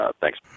Thanks